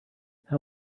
how